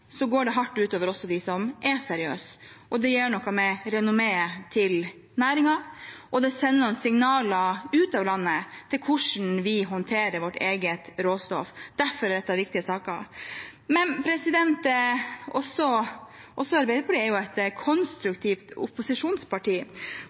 går det hardt ut over også de seriøse. Det gjør noe med renommeet til næringen, og det sender noen signaler ut av landet om hvordan vi håndterer vårt eget råstoff. Derfor er det så viktig å ta opp. Men også Arbeiderpartiet er jo et